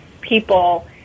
people